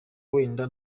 wenda